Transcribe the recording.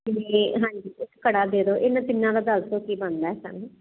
ਤੇ ਹਾਂਜੀ ਇੱਕ ਕੜਾ ਦੇ ਦੋ ਇਹਨਾਂ ਤਿੰਨਾਂ ਦਾ ਦੱਸੋ ਕੀ ਬਣਦਾ ਸਾਨੂੰ